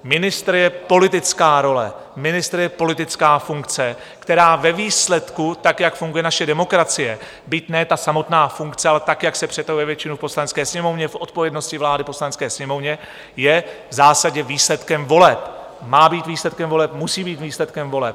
Ministr je politická role, ministr je politická funkce, která ve výsledku, tak jak funguje naše demokracie byť ne ta samotná funkce, ale tak, jak se přetavuje většinou v Poslanecké sněmovně, v odpovědnosti vlády Poslanecké sněmovně je v zásadě výsledkem voleb, má být výsledkem voleb, musí být výsledkem voleb.